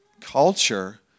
culture